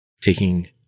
taking